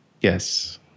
Yes